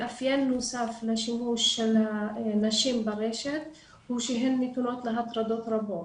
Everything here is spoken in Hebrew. מאפיין נוסף לשימוש של נשים ברשת הוא שהן נתונות להטרדות רבות.